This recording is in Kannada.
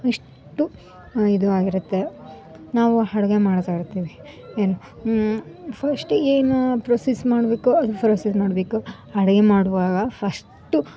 ಅಷ್ಟು ಇದು ಆಗಿರುತ್ತೆ ನಾವು ಅಡ್ಗೆ ಮಾಡ್ತಾಯಿರ್ತೀವಿ ಏನು ಫಶ್ಟ್ ಏನು ಪ್ರೊಸಿಸ್ ಮಾಡಬೇಕು ಅದು ಪ್ರೊಸೆಸ್ ಮಾಡಬೇಕು ಅಡುಗೆ ಮಾಡುವಾಗ ಫಶ್ಟು